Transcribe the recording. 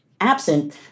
absent